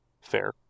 fair